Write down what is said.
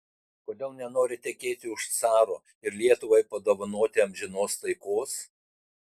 kodėl nenori tekėti už caro ir lietuvai padovanoti amžinos taikos